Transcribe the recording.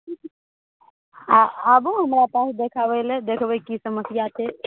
आ आबू हमरा पास देखाबै लऽ देखबै की समस्या छै